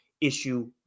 issue